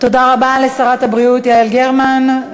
תודה רבה לשרת הבריאות יעל גרמן.